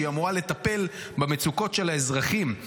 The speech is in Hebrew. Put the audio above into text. שהיא אמורה לטפל במצוקות של האזרחים,